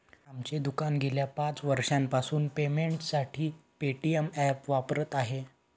आमचे दुकान गेल्या पाच वर्षांपासून पेमेंटसाठी पेटीएम ॲप वापरत आहे